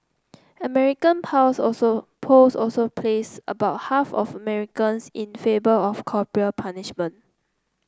American pause also polls also placed about half of Americans in of corporal punishment